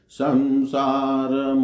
samsara